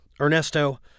Ernesto